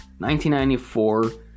1994